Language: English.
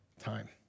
time